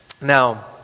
Now